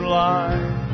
life